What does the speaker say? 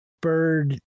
bird